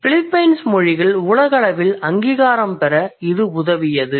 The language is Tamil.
பிலிப்பைன்ஸ் மொழிகள் உலகளவில் அங்கீகாரம் பெற இது உதவியது